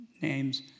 names